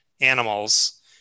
animals